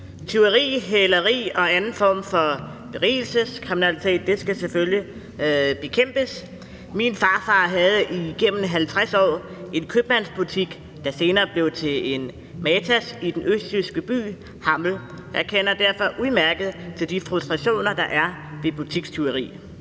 Tyveri, hæleri og anden form for berigelseskriminalitet skal selvfølgelig bekæmpes. Min farfar havde igennem 50 år en købmandsbutik, der senere blev til en Matas, i den østjyske by Hammel, og jeg kender derfor udmærket til de frustrationer, der er ved butikstyveri.